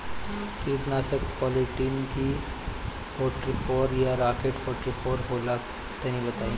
कीटनाशक Polytrin C forty four या Rocket forty four होला तनि बताई?